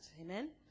amen